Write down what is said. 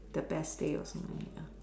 the best day of something ya